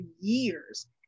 years